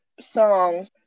Song